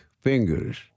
fingers